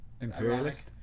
imperialist